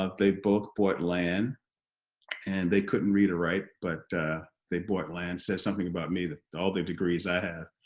ah they both bought land and they couldn't read or write but they bought land it says something about me that all the degrees i have,